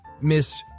miss